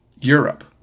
Europe